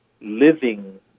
living